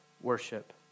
worship